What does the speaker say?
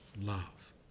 love